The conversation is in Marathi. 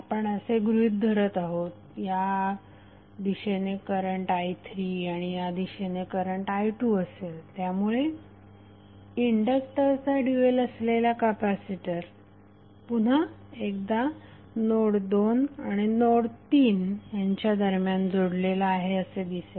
आपण असे गृहीत धरत आहोत या दिशेने करंट i3 आणि या दिशेने करंट i2 असेल त्यामुळे इंडक्टरचा ड्यूएल असलेला कपॅसिटर पुन्हा एकदा नोड 2 आणि नोड 3 च्या दरम्यान जोडलेला आहे असे दिसेल